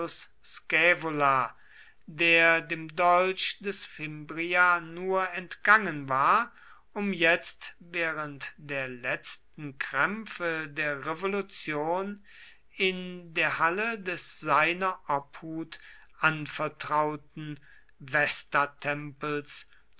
der dem dolch des fimbria nur entgangen war um jetzt während der letzten krämpfe der revolution in der halle des seiner obhut anvertrauten